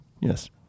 Yes